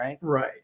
right